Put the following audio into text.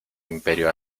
imperio